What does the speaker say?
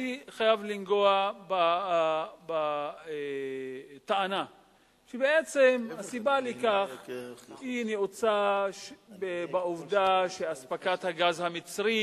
אני חייב לגעת בטענה שבעצם הסיבה לכך נעוצה בעובדה שאספקת הגז המצרי,